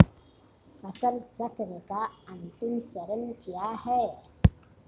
फसल चक्र का अंतिम चरण क्या है?